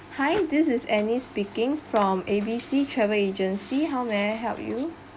hi this is annie speaking from A_B_C travel agency how may I help you